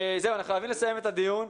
אנחנו חייבים לסיים את הדיון.